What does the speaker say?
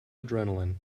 adrenaline